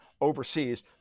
overseas